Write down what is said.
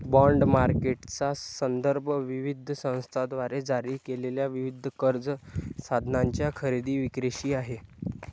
bond मार्केटचा संदर्भ विविध संस्थांद्वारे जारी केलेल्या विविध कर्ज साधनांच्या खरेदी विक्रीशी आहे